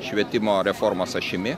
švietimo reformos ašimi